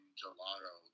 gelato